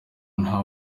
nta